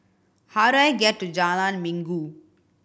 how do I get to Jalan Minggu